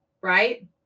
Right